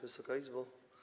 Wysoka Izbo!